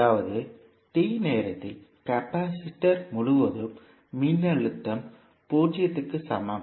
அதாவது t நேரத்தில் capacitor முழுவதும் மின்னழுத்தம் 0 க்கு சமம்